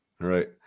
Right